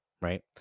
right